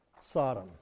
Sodom